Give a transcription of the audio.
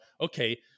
okay